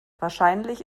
wahrscheinlich